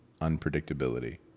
unpredictability